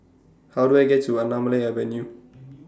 How Do I get to Anamalai Avenue